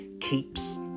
keeps